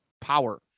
power